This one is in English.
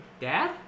Dad